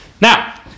Now